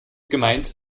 gemeint